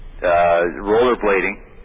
rollerblading